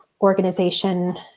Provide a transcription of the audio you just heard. organization